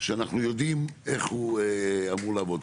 שאנחנו יודעים איך הוא אמור לעבוד.